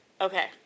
okay